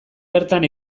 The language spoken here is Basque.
bertan